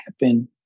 happen